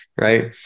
right